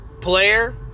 player